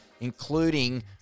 Including